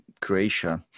Croatia